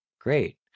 Great